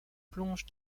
plonge